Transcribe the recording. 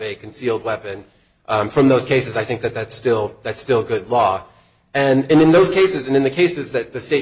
a concealed weapon from those cases i think that that's still that's still good law and in those cases and in the cases that the sta